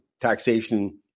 taxation